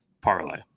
parlay